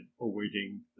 awaiting